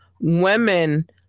women